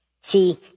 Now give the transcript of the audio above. See